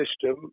system